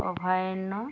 অভয়াৰণ্য